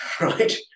right